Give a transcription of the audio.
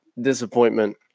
disappointment